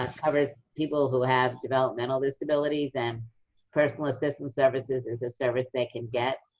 ah covers people who have developmental disabilities and personal assistant services is a service they can get.